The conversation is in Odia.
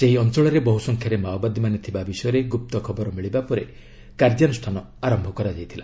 ସେହି ଅଞ୍ଚଳରେ ବହୁ ସଂଖ୍ୟାରେ ମାଓବାଦୀମାନେ ଥିବା ବିଷୟରେ ଗୁପ୍ତ ଖବର ମିଳିବା ପରେ କାର୍ଯ୍ୟାନୁଷ୍ଠାନ ଆରମ୍ଭ କରାଯାଇଥିଲା